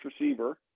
receiver